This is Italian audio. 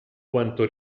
quanto